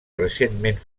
recentment